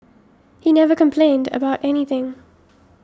he never complained about anything